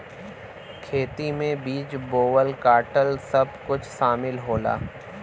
खेती में बीज बोवल काटल सब कुछ सामिल होला